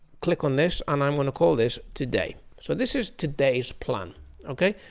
click on this and i'm gonna call this today so this is today's plan okay.